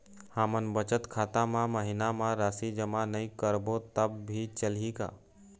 हमन बचत खाता मा महीना मा राशि जमा नई करबो तब भी चलही का?